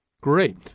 Great